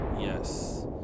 yes